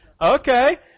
Okay